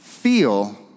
Feel